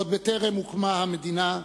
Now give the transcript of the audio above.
עוד בטרם הוקמה המדינה,